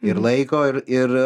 ir laiko ir ir